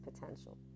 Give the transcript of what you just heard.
potential